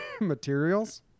materials